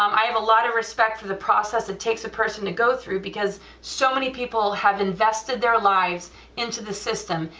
um i have a lot of respect for the process it takes a person to go through, because so many people have invested their lives into the system,